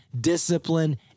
discipline